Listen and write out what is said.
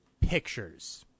pictures –